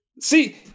See